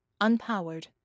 unpowered